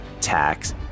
tax